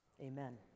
amen